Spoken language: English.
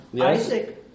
Isaac